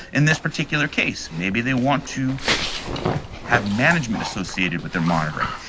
in this particular case, maybe they want to have management associated with their monitoring.